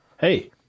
Hey